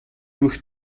durch